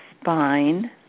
spine